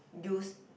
use